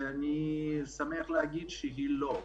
ואני שמח להגיד שהיא לא.